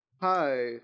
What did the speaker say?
Hi